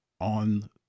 on